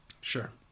Sure